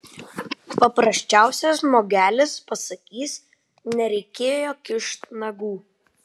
paprasčiausias žmogelis pasakys nereikėjo kišt nagų